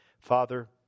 Father